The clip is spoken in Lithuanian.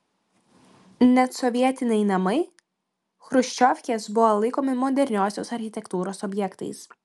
net sovietiniai namai chruščiovkės buvo laikomi moderniosios architektūros objektais